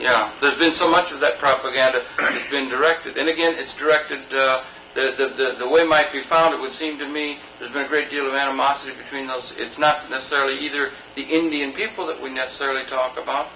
know there's been so much of that propaganda being directed and again it's directed the way might be found it would seem to me there's been a great deal of animosity between us it's not necessarily either the indian people that we necessarily talk about